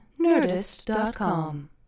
Nerdist.com